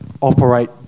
operate